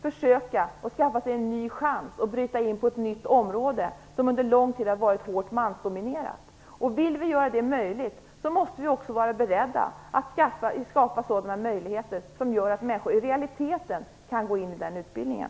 De vill nu ha en ny chans och komma in på ett område som under en lång tid har varit mansdominerat. Om vi vill göra detta möjligt måste vi också vara beredda att skapa förutsättningar som gör att människor i realiteten kan gå in i den utbildningen.